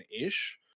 ish